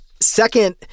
Second